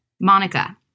Monica